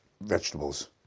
vegetables